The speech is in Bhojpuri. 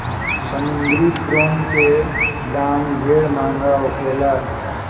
समुंद्री प्रोन के दाम ढेरे महंगा होखेला